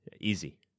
Easy